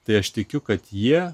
tai aš tikiu kad jie